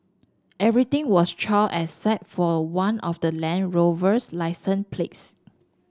everything was charred except for one of the Land Rover's licence plates